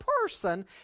person